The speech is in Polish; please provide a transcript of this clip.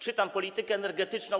Czytam politykę energetyczną.